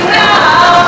now